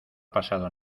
pasado